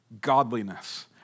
godliness